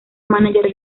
mánager